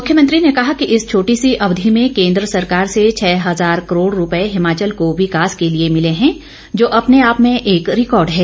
मुख्यंमत्री ने कहा कि इस छोटी सी अवधि में केंद्र सरकार से छः हजार करोड़ रुपए हिमाचल को विकास के लिए मिले हैं जो अपने आप में एक रिकॉर्ड है